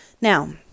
Now